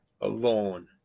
alone